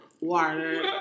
water